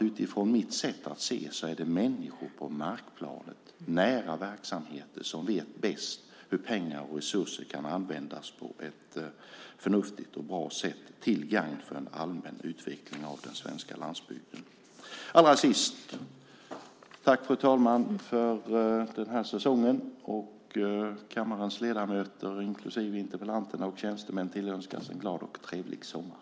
Utifrån mitt sätt att se är det människor på markplanet, nära verksamheten, som vet bäst hur pengar och andra resurser kan användas på ett förnuftigt sätt till gagn för en allmän utveckling av den svenska landsbygden. Allra sist tackar jag, fru talman, för den här säsongen. Kammarens ledamöter, inklusive interpellanten, och tjänstemän tillönskas en glad och trevlig sommar.